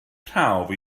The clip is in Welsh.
prawf